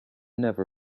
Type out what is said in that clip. never